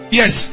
yes